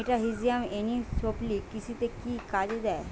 মেটাহিজিয়াম anisopliae কৃষিতে কি কাজে দেয়?